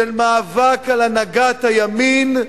של מאבק על הנהגת הימין,